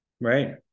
right